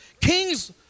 kings